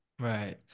Right